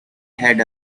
had